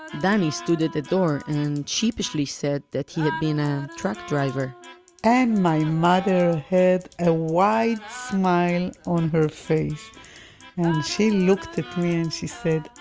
danny stood at the door, and sheepishly said that he had been a truck driver and my mother had a wide smile on her face. and she looked at me and she said,